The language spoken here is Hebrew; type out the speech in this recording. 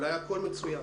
אולי הכול מצוין.